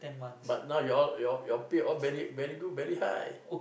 but now you all you all you all pay all very very good very high